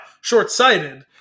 short-sighted